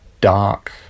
dark